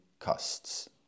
costs